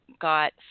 got